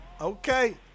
Okay